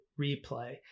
replay